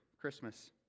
Christmas